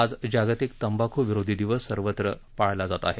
आज जागतिक तंबाखू विरोधी दिवस सर्वत्र साजरा केला जात आहे